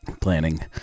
planning